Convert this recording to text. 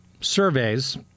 surveys